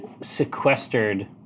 Sequestered